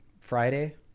Friday